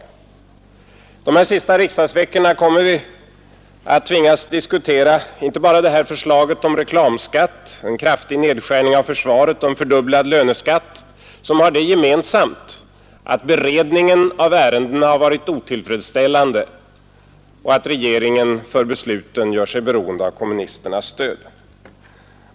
Under de här sista riksdagsveckorna kommer vi att tvingas diskutera inte bara det här förslaget om reklamskatt, utan också bl.a. en kraftig nedskärning av försvaret och en fördubblad löneskatt, vilka alla har det gemensamt att beredningen av ärendena har varit otillfredsställande och att regeringen för besluten gör sig beroende av kommunisternas stöd.